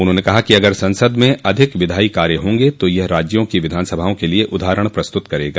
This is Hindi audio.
उन्होंने कहा कि अगर संसद में अधिक विधायी कार्य होंगे तो यह राज्यों की विधानसभाओं के लिए उदाहरण प्रस्तुत करेगा